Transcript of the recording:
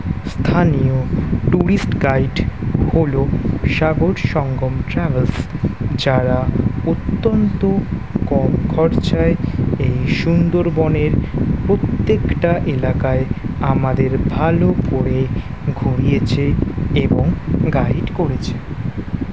স্থানীয় tourist guide হলো Sagar Sangam travels যারা অত্যন্ত কম খরচায় এই সুন্দরবনের প্রত্যেকটা এলাকায় আমাদের ভালো করে ঘুরিয়েছে এবং গাইড করেছে